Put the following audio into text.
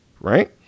right